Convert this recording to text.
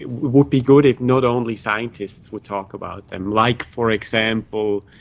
would be good if not only scientists would talk about them. like, for example,